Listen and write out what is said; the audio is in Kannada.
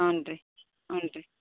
ಹ್ಞೂಂ ರೀ ಹ್ಞೂಂ ರೀ